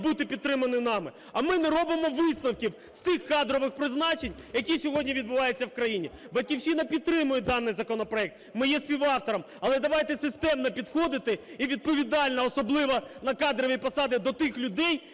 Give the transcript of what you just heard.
бути підтримані нами. А ми не робимо висновків з тих кадрових призначень, які сьогодні відбуваються в країні. "Батьківщина" підтримує даний законопроект, ми є співавтором, але давайте системно підходити і відповідально, особливо на кадрові посади, до тих людей,